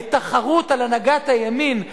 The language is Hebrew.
התחרות על הנהגת הימין,